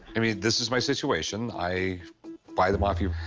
i mean, this is my situation. i buy them off you.